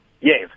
Yes